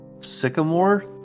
sycamore